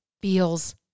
feels